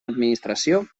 administració